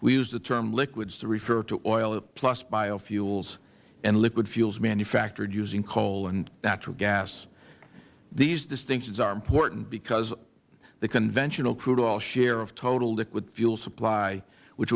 we use the term liquids to refer to oil plus biofuels and liquid fuels manufactured using coal and natural gas these distinctions are important because the conventional crude oil share of total liquid fuel supply which